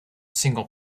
single